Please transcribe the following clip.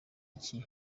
iki